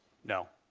no.